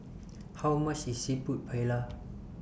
How much IS Seafood Paella